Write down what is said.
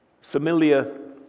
Familiar